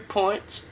points